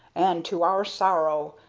and to our sorrow,